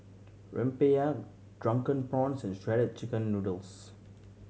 rempeyek Drunken Prawns and Shredded Chicken Noodles